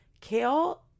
Kale